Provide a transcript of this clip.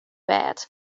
bêd